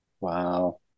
Wow